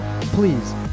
please